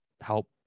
help